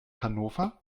hannover